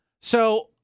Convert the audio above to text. So-